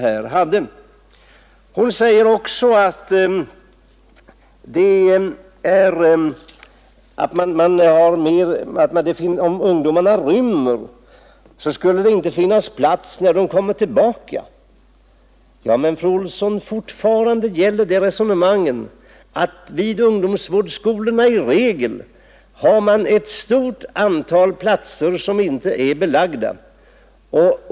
Fru Olsson säger också att om ungdomarna rymmer skulle det inte finnas plats för dem när de kommer tillbaka. Ja, men fortfarande gäller resonemanget att det vid ungdomsvårdsskolorna i regel finns ett stort antal platser som inte är belagda.